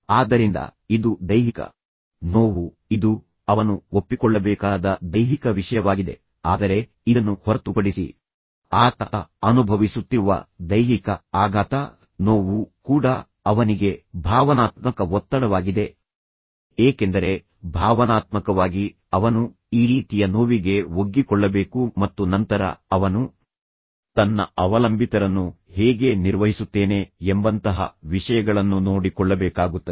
ಆದ್ದರಿಂದ ಇದು ದೈಹಿಕ ನೋವು ಇದು ಅವನು ಒಪ್ಪಿಕೊಳ್ಳಬೇಕಾದ ದೈಹಿಕ ವಿಷಯವಾಗಿದೆ ಆದರೆ ಇದನ್ನು ಹೊರತುಪಡಿಸಿ ಆತ ಅನುಭವಿಸುತ್ತಿರುವ ದೈಹಿಕ ಆಘಾತ ನೋವು ಕೂಡ ಅವನಿಗೆ ಭಾವನಾತ್ಮಕ ಒತ್ತಡವಾಗಿದೆ ಏಕೆಂದರೆ ಭಾವನಾತ್ಮಕವಾಗಿ ಅವನು ಈ ರೀತಿಯ ನೋವಿಗೆ ಒಗ್ಗಿಕೊಳ್ಳಬೇಕು ಮತ್ತು ನಂತರ ಅವನು ತನ್ನ ಅವಲಂಬಿತರನ್ನು ಹೇಗೆ ನಿರ್ವಹಿಸುತ್ತೇನೆ ಎಂಬಂತಹ ವಿಷಯಗಳನ್ನು ನೋಡಿಕೊಳ್ಳಬೇಕಾಗುತ್ತದೆ